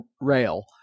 rail